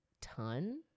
ton